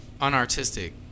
unartistic